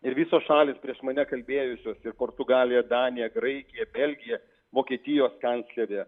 ir visos šalys prieš mane kalbėjusios ir portugalija danija graikija belgija vokietijos kanclerė